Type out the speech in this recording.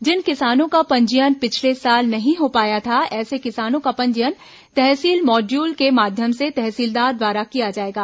जिन किसानों का पंजीयन पिछले साल नहीं हो पाया था ऐसे किसानों का पंजीयन तहसील माड्यूल के माध्यम से तहसीलदार द्वारा किया जाएगा